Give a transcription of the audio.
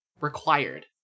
required